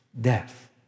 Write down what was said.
death